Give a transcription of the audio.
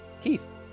Keith